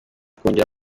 kongera